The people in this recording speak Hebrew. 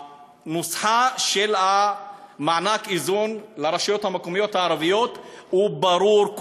הנוסחה של מענקי איזון לרשויות המקומיות הערביות ברורה.